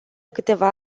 câteva